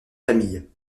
familles